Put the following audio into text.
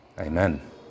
Amen